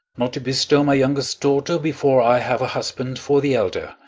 not to bestow my youngest daughter before i have a husband for the elder.